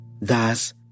Thus